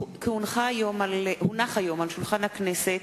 כי הונחו היום על שולחן הכנסת,